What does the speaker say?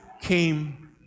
came